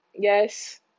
yes